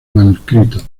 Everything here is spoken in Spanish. manuscrito